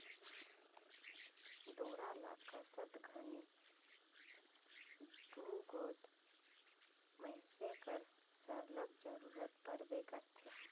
डोरा ल कसत घनी दूगोट मइनसे कर सरलग जरूरत परबे करथे